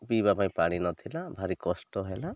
ପିଇବା ପାଇଁ ପାଣି ନଥିଲା ଭାରି କଷ୍ଟ ହେଲା